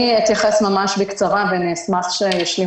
אני אתייחס ממש בקצרה ואני אשמח שישלים